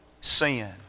sin